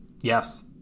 Yes